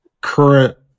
current